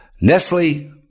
Nestle